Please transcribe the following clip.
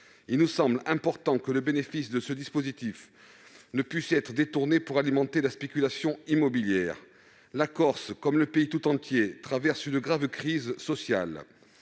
Il nous semble important que le bénéfice de ce dispositif ne puisse pas être détourné pour alimenter la spéculation immobilière. La Corse, comme le pays tout entier, traverse une grave crise sociale.